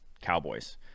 cowboys